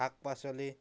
শাক পাচলি